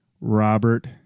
Robert